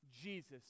Jesus